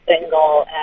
single